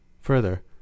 Further